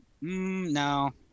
no